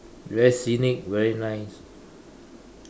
very scenic very nice